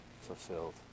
fulfilled